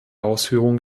ausführung